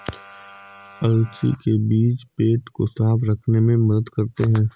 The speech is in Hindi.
अलसी के बीज पेट को साफ़ रखने में मदद करते है